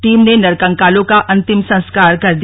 team ने नरकंकालों का अंतिम संस्कार कर दिया